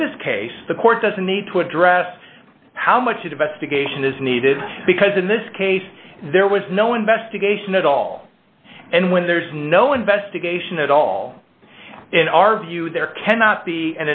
the this case the court doesn't need to address how much to divest a geisha is needed because in this case there was no investigation at all and when there is no investigation at all in our view there cannot be